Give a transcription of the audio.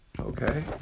okay